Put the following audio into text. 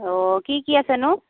অঁ কি কি আছেনো